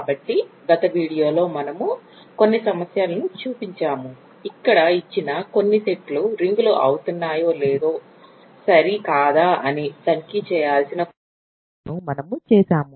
కాబట్టి గత వీడియోలో మనము కొన్ని సమస్యలను చూపించాము అక్కడ ఇచ్చిన కొన్ని సెట్లు రింగ్ అవుతున్నాయా లేదా సరి కాదా అని తనిఖీ చేయాల్సిన కొన్ని సమస్యలను మనము చేసాము